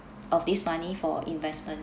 of this money for investments